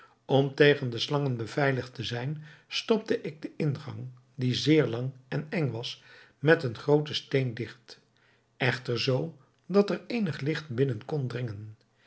om tegen de slangen beveiligd te zijn stopte ik den ingang die zeer lang en eng was met een grooten steen digt echter zoo dat er eenig licht binnen